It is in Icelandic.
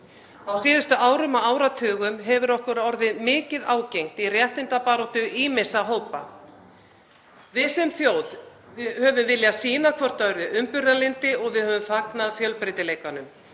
síðustu árum og áratugum hefur okkur orðið mikið ágengt í réttindabaráttu ýmissa hópa. Við sem þjóð höfum viljað sýna hvert öðru umburðarlyndi og við höfum fagnað fjölbreytileikanum.